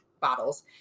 bottles